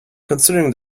considering